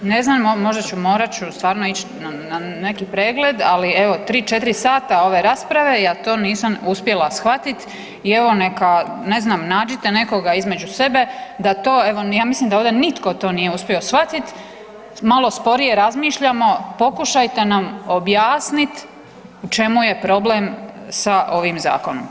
Ne znam, možda ću morat stvarno na neki pregled, ali evo, 3, 4 sata ove rasprave, ja to nisam uspjela shvatit i evo neka ne znam, nađite nekoga između sebe da to, evo ja mislim da ovdje nitko to nije uspio shvatit, malo sporije razmišljamo, pokušajte nam objasnit u čemu je problem s ovim zakonom.